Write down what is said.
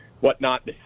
whatnot